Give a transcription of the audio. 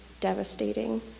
devastating